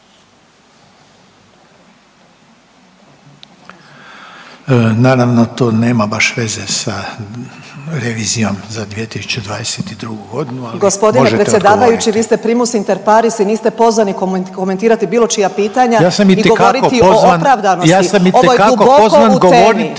Naravno to nema baš veze sa revizijom za 2022. godinu, ali možete odgovoriti. …/Upadica Karolina Vidović Krišto: Gospodine predsjedavajući vi ste primus inter pares i niste pozvani komentirati bilo čija pitanja i govoriti o opravdanosti …/… Ja sam itekako